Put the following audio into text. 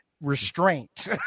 restraint